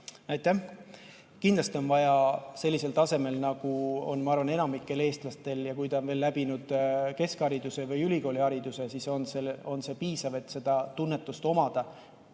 Aitäh! Kindlasti on vaja sellisel tasemel, nagu on enamikul eestlastel. Ja kui ta on veel [omandanud] keskhariduse või ülikoolihariduse, siis on see piisav, et seda tunnetust omada.